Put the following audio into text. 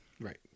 Right